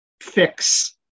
fix